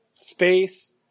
space